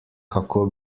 kako